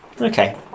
okay